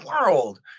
world